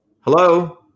Hello